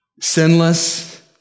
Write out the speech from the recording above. sinless